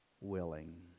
willing